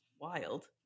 wild